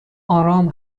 آرام